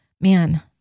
Man